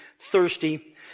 thirsty